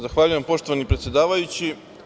Zahvaljujem poštovani predsedavajući.